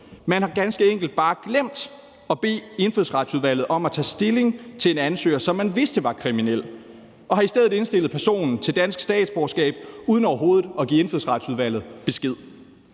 Man har ganske enkelt bare glemt at bede Indfødsretsudvalget om at tage stilling til en ansøger, som man vidste var kriminel, og har i stedet indstillet personen til dansk statsborgerskab uden overhovedet at give Indfødsretsudvalget besked.